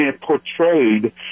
portrayed